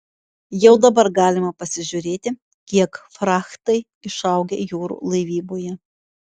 jau dabar galima pasižiūrėti kiek frachtai išaugę jūrų laivyboje